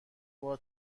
بار